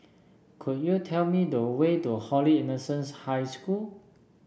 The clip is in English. could you tell me the way to Holy Innocents' High School